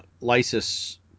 lysis